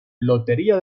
lotería